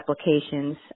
applications